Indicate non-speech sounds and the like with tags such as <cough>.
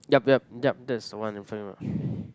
yup yup yup that's the one I'm talking about <breath>